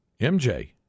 MJ